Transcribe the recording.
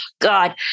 God